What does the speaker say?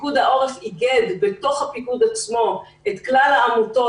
פיקוד העורף איגד בתוך הפיקוד עצמו את כלל העמותות